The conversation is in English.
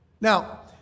Now